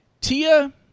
Tia